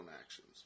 actions